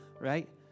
right